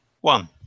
One